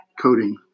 coding